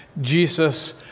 Jesus